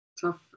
tough